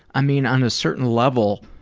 i mean, on a certain level,